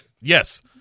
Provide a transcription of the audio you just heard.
Yes